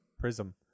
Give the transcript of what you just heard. Prism